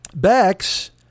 Bex